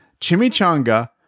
chimichanga